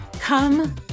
Come